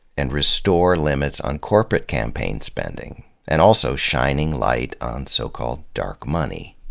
and restore limits on corporate campaign spending and also shining light on so-called dark money.